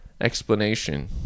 explanation